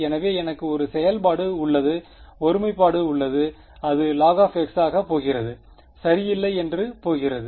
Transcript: எனவே எனக்கு ஒரு செயல்பாடு உள்ளது ஒருமைப்பாடு உள்ளது அது log ஆக போகிறது சரியில்லை என்று போகிறது